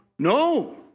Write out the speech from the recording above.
No